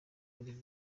buri